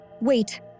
Wait